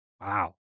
Wow